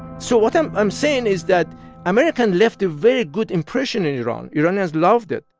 so what i'm i'm saying is that american left a very good impression in iran. iranians loved it